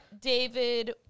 David